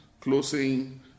closing